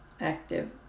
active